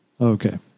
Okay